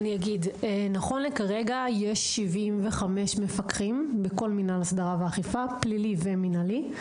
נכון לכרגע יש 75 מפקחים בכל מינהל הסדרה ואכיפה - פלילי ומינהלי.